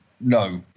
No